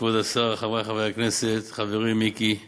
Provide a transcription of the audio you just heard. כבוד השר, חברי חברי הכנסת מיקי לוי,